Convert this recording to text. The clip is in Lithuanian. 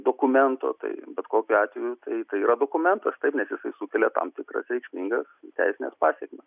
dokumento tai bet kokiu atveju tai tai yra dokumentas nes jisai sukelia tam tikras reikšmingas teisines pasekmes